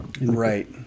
right